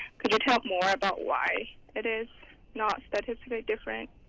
could you talk more about why it is not statisticically different